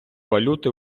валюти